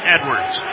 Edwards